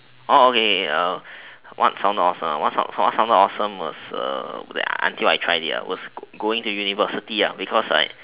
okay what sounded awesome was out for sounded awesome was wait until I tried it ya was go going to university ya because like